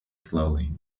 slowly